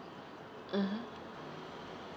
mmhmm